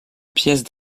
pièces